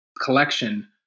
collection